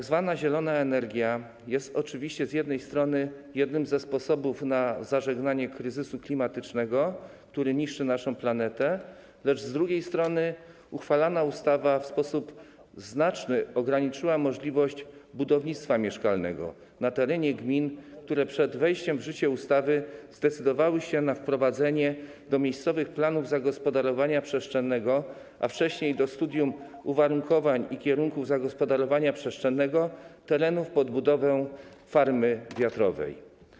Tzw. zielona energia jest oczywiście z jednej strony jednym ze sposobów na zażegnanie kryzysu klimatycznego, który niszczy naszą planetę, lecz z drugiej strony uchwalana ustawa w sposób znaczny ograniczyła możliwość budownictwa mieszkalnego na terenie gmin, które przed wejściem w życie ustawy zdecydowały się na wprowadzenie do miejscowych planów zagospodarowania przestrzennego, a wcześniej - do studium uwarunkowań i kierunków zagospodarowania przestrzennego, terenów pod budowę farmy wiatrowej.